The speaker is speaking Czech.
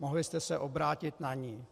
Mohli jste se obrátit na ni.